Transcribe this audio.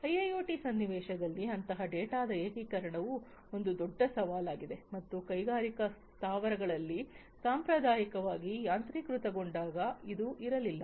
IIoT ಸನ್ನಿವೇಶದಲ್ಲಿ ಅಂತಹ ಡೇಟಾದ ಏಕೀಕರಣವು ಒಂದು ದೊಡ್ಡ ಸವಾಲಾಗಿದೆ ಮತ್ತು ಕೈಗಾರಿಕಾ ಸ್ಥಾವರಗಳಲ್ಲಿ ಸಾಂಪ್ರದಾಯಿಕವಾಗಿ ಯಾಂತ್ರೀಕೃತಗೊಂಡಾಗ ಇದು ಇರಲಿಲ್ಲ